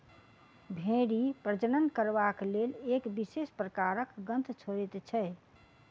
भेंड़ी प्रजनन करबाक लेल एक विशेष प्रकारक गंध छोड़ैत छै